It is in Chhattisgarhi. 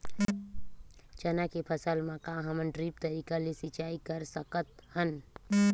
चना के फसल म का हमन ड्रिप तरीका ले सिचाई कर सकत हन?